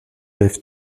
lève